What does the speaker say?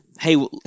Hey